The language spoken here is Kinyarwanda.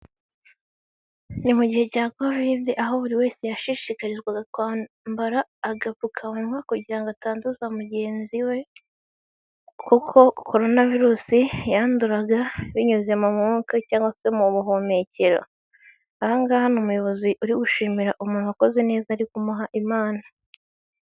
Ni mu gihe cya covid aho buri wese yashishikarizwaga kwambara agapfukamunwa kugira ngo atanduza mugenzi we kuko corona virus yanduraga binyuze mu mwuka cyangwa se mu buhumekero. Aha ngaha ni umuyobozi uri gushimira umuntu ukoze neza ari kumuha impano.